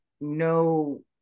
no